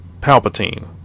Palpatine